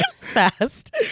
Fast